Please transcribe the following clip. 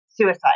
suicide